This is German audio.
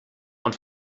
und